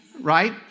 right